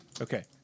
okay